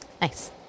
Nice